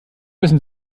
müssen